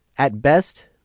at best,